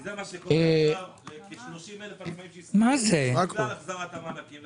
כי זה מה שקורה עכשיו לכ-30,000 עצמאים שהסתבכו בגלל החזרת המענקים.